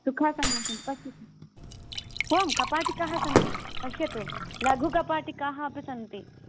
सुखासन्दाः पश्यतु आं कपाटिकाः सन्ति पश्यतु लघुकपाटिकाः अपि सन्ति